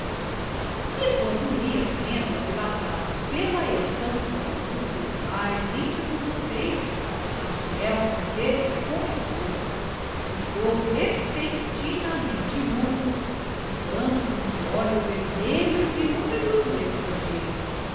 e quando ia sendo arrebatado pela expansão dos seus mais íntimos anceios maciel conteve-se com esforço ficou repentinamente mudo fitando com os olhos vermelhos e húmidos o extrangeiro